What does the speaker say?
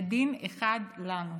ודין אחד לנו.